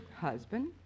Husband